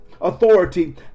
authority